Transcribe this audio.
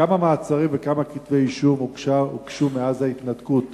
כמה מעצרים וכמה כתבי אישום הוגשו מאז ההתנתקות